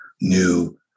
new